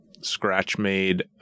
scratch-made